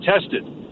tested